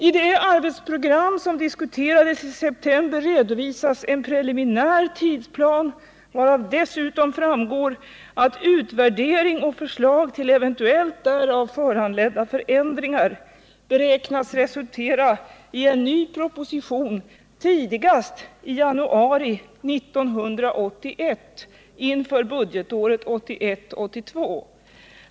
I det arbetsprogram som diskuterades i september redovisas en preliminär tidsplan, varav dessutom framgår att utvärdering och förslag till eventuellt därav föranledda förändringar beräknas resultera i en ny proposition tidigast i januari 1981 inför budgetåret 1981/82.